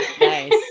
Nice